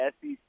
SEC